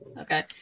Okay